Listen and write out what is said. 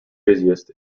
busiest